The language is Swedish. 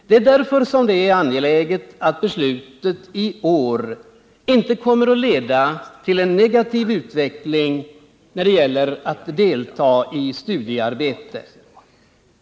Det är därför angeläget att beslutet i år inte kommer att leda till en negativ utveckling när det gäller att delta i studiearbetet.